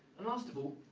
and last of all